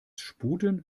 sputen